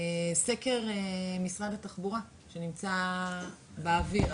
סקר משרד התחבורה שנמצא באוויר,